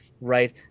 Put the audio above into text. right